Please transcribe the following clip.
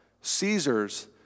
Caesar's